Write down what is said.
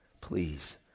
please